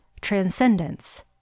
transcendence